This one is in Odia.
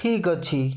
ଠିକ୍ ଅଛି